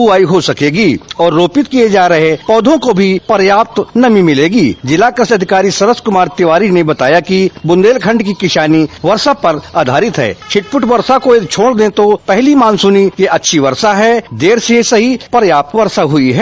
बुआई हो सकेगी और रोपित किये जा रहे पौधों को भी पर्याप्त नमी मिलेगी जिला कृषि अधिकारी सरसकुमार तिवारी ने बताया कि बुन्देलखण्ड की किसानी वर्षा पर आधारित है छिट पुट वर्षा को यदि छोंड दे तो पहली मानसूनी यह अच्छी वर्षा है देर से ही सही पर्याप्त वर्षा हुई है